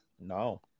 No